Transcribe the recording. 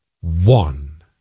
one